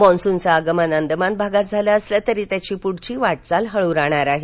मान्सूनचे आगमन अंदमान भागात झाले असले तरी त्याची पुढची वाटचाल हळू राहणार आहे